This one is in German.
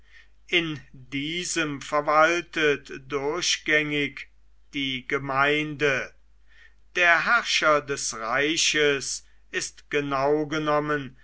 in diesem verwaltet durchgängig die gemeinde der herrscher des reiches ist genau genommen